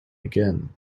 again